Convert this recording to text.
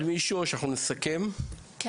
אני פה